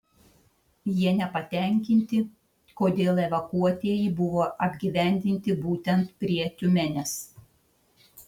jie nepatenkinti kodėl evakuotieji buvo apgyvendinti būtent prie tiumenės